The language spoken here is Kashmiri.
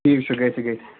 ٹھیٖک چھُ گژھِ گژھِ